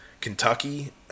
Kentucky